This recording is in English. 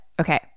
okay